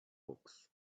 books